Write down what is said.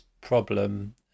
problem